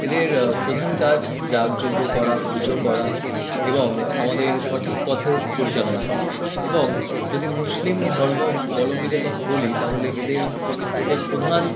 এদের প্রধান কাজ যাগযজ্ঞ করা পুজো করা এবং আমাদের সঠিক পথে পরিচালনা করা এবং যদি মুসলিম ধর্মবলম্বীদের কথা বলি তাহলে এদের প্রত এদের প্রধান